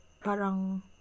parang